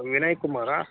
Vinay Kumara